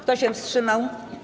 Kto się wstrzymał?